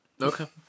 Okay